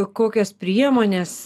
kokias priemones